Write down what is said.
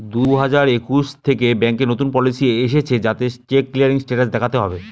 দুই হাজার একুশ থেকে ব্যাঙ্কে নতুন পলিসি এসেছে যাতে চেক ক্লিয়ারিং স্টেটাস দেখাতে হবে